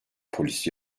polis